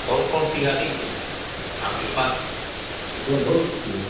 कौन कौन सी गाड़ी आपके पास इस समय बहुत बिकती है